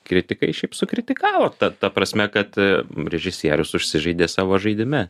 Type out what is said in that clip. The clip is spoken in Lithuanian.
kritikai šiaip sukritikavo ta ta prasme kad režisierius užsižaidė savo žaidime